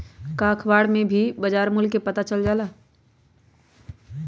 का अखबार से भी बजार मूल्य के पता चल जाला?